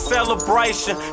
celebration